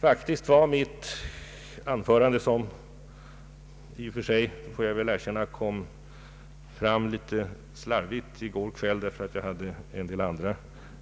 Faktiskt var mitt anförande, som — det får jag väl erkänna — i och för sig kom till litet slarvigt i går kväll därför att jag hade en del andra